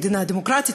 מדינה דמוקרטית,